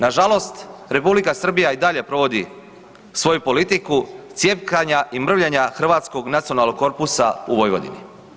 Nažalost R. Srbija i dalje provodi svoju politiku cjepkanja i mrvljenja Hrvatskog nacionalnog korpusa u Vojvodini.